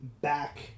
back